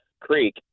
creek